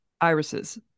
irises